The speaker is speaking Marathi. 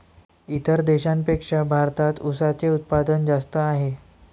इतर देशांपेक्षा भारतात उसाचे उत्पादन जास्त आहे